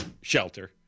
shelter